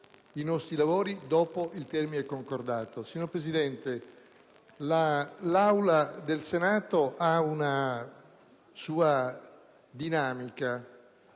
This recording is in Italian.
Signor Presidente, l'Assemblea del Senato ha una sua dinamica,